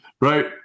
right